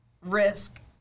risk